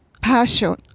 passion